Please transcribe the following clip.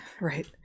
Right